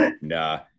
nah